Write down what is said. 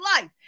life